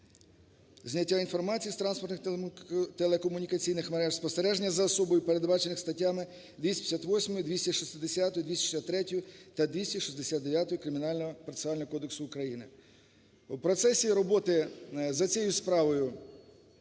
зняття інформації з транспортних, телекомунікаційних мереж, спостереження за особою, передбачених статтями 258, 260, 263 та 269 Кримінально-процесуального кодексу України. У процесі роботи за цією справою